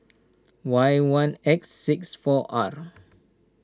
Y one X six four R